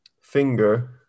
finger